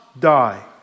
die